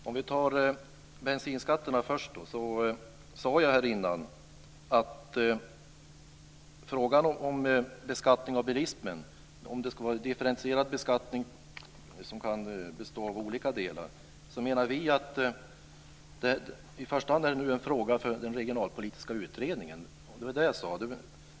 Fru talman! Först till bensinskatterna. Jag sade här innan att frågan om beskattning av bilismen, om det ska vara differentierad beskattning som kan bestå av olika delar, menar vi att det i första hand är en fråga för den regionalpolitiska utredningen. Det var det jag sade.